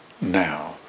now